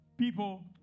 people